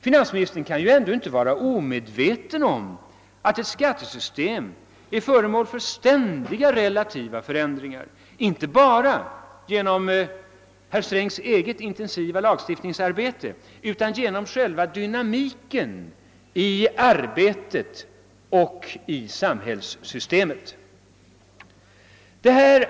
Finansministern kan ändå inte vara omedveten om att ett skattesystem är föremål för ständiga relativa förändringar, inte bara genom herr Strängs eget intensiva lagstiftningsarbete utan genom själva dynamiken i arbetet och i samhällssystemet.